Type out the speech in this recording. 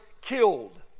killed